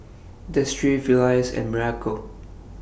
Destry Felice and Miracle